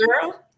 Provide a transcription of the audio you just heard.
girl